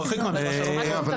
אפשר